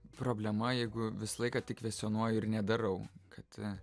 problema jeigu visą laiką tik kvestionuoju ir nedarau kad